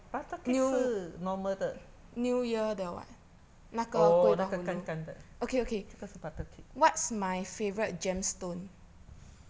butter cake 是 normal 的哦那个干干的这个是 butter cake